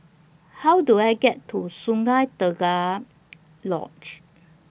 How Do I get to Sungei Tengah Lodge